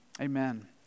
Amen